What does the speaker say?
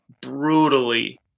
brutally